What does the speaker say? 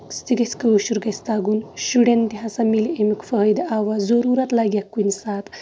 أسۍ تہِ گژھِ کٲشُر گژھِ تَگُن شُرین تہِ ہسا مِلہِ اَمیُک فٲیدٕ آ ضروٗرت لگیکھ کُنہِ ساتہٕ